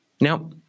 Now